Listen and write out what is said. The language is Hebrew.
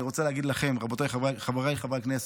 אני רוצה להגיד לכם, רבותיי, חבריי חברי הכנסת: